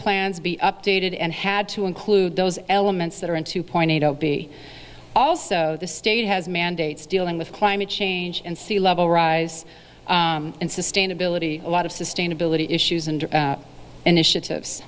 plans be updated and had to include those elements that are in two point eight zero b also the state has mandates dealing with climate change and sea level rise and sustainability a lot of sustainability issues and initiatives